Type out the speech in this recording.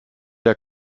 der